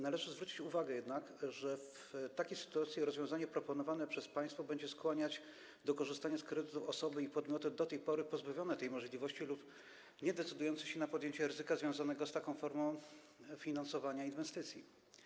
Należy zwrócić uwagę jednak, że w takiej sytuacji rozwiązanie proponowane przez państwo będzie skłaniać do korzystania z kredytów osoby i podmioty do tej pory pozbawione tej możliwości lub niedecydujące się na podjęcie ryzyka związanego z taką formą finansowania inwestycji.